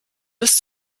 bis